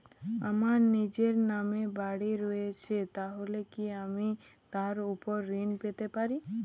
আমার নিজের নামে বাড়ী রয়েছে তাহলে কি আমি তার ওপর ঋণ পেতে পারি?